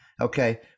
okay